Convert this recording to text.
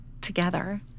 together